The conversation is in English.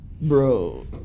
Bro